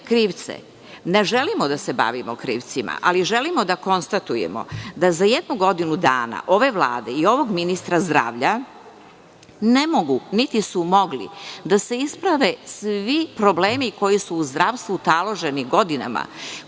Ne želimo da se bavimo krivcima, ali želimo da konstatujemo da za jednu godinu dana ove Vlade i ovog ministra zdravlja ne mogu niti su mogli da se isprave svi problemi koji su u zdravstvu taloženi godinama,